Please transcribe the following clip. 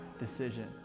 decision